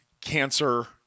cancer